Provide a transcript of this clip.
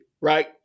right